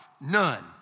none